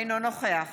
אינו נוכח